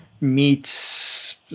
Meets